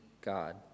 God